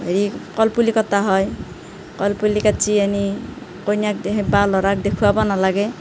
হেৰি কলপুলি কটা হয় কলপুলি কাটি আনি কইনাক বা ল'ৰাক দেখুৱাব নালাগে